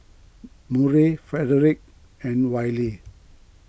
Murray Frederick and Wylie